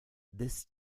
this